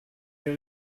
der